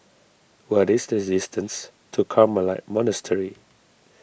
what is the distance to Carmelite Monastery